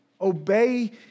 Obey